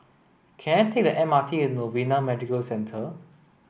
can I take the M R T to Novena Medical Centre